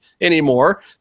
anymore